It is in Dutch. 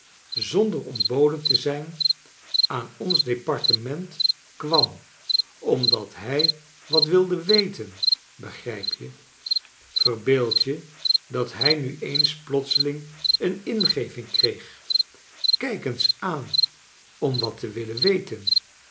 zonder ontboden te zijn aan ols departement kwam omdat hij wat wilde weten begrijp je yerbeeld je dat hii nu eens plotseling eeu ingeving kreeg kij k eens aan om w r at te willen weten